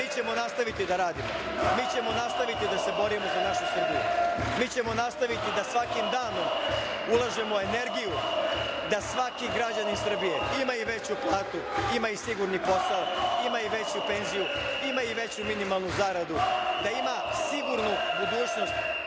mi ćemo nastaviti da radimo. Mi ćemo nastaviti da se borimo za našu Srbiju. Mi ćemo nastaviti da svakim danom ulažemo energiju, da svaki građanin Srbije ima i veću platu, ima i siguran posao, ima i veću penziju, ima i veću minimalnu zaradu, da ima sigurnu budućnost,